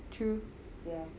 true ya